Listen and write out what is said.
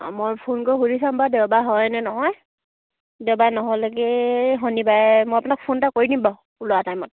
অঁ মই ফোন কৰি সুধি চাম বাৰু দেওবাৰ হয়নে নহয় দেওবাৰে নহ'লেগৈ শণিবাৰে মই আপোনাক ফোন এটা কৰি দিম বাৰু ওলোৱা টাইমত